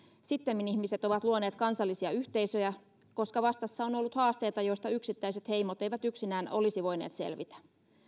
sittemmin ihmiset ovat luoneet kansallisia yhteisöjä koska vastassa on ollut haasteita joista yksittäiset heimot eivät yksinään olisi voineet selvitä